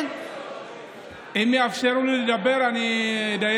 אם יאפשרו לי לדבר, אני אדייק בזמן.